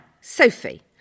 sophie